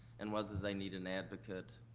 and whether they need an advocate,